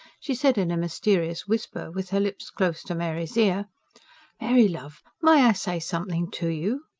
she said in a mysterious whisper, with her lips close to mary's ear mary, love, may i say something to you?